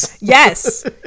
Yes